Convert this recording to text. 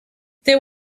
there